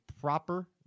proper